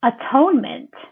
Atonement